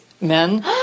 men